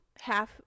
half